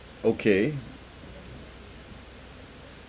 okay